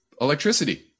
electricity